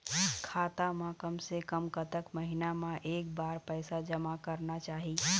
खाता मा कम से कम कतक महीना मा एक बार पैसा जमा करना चाही?